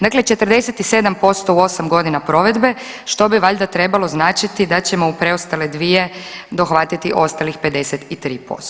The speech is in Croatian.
Dakle 47% u 8 godina provedbe, što bi valjda trebalo značiti da ćemo u preostale 2 dohvatiti ostalih 53%